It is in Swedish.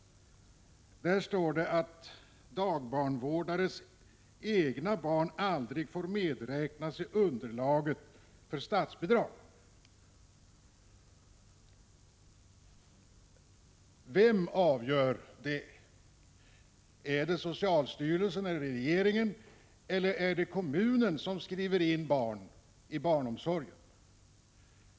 Där står det att dagbarnvårdares egna barn aldrig får medräknas i underlaget för statsbidrag. Vem avgör det? Är det socialstyrelsen, regeringen eller den kommun som skriver in barn i barnomsorgen?